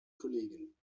kollegen